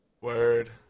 Word